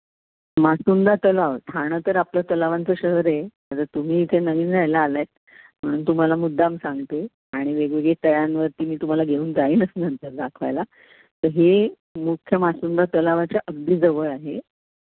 मासुंदा तलाव ठाणं तर आपलं तलावांचं शहर आहे आता तुम्ही इथे नवीन राहायला आला आहेत म्हणून तुम्हाला मुद्दाम सांगते आणि वेगवेगळे तळ्यांवरती मी तुम्हाला घेऊन जाईनच नंतर दाखवायला तर हे मुख्य मासुंदा तलावाच्या अगदी जवळ आहे